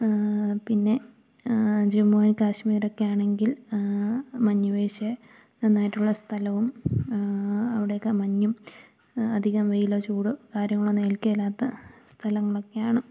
പിന്നെ ജമ്മു ആൻഡ് കാശ്മീരൊക്കെ ആണെങ്കിൽ മഞ്ഞുവീഴ്ച നന്നായിട്ടുള്ള സ്ഥലവും അവിടെയൊക്കെ മഞ്ഞും അധികം വെയിലോ ചൂട് കാര്യങ്ങളൊന്നും ഏൽക്കേലാത്ത സ്ഥലങ്ങളൊക്കെയാണ്